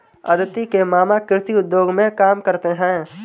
अदिति के मामा कृषि उद्योग में काम करते हैं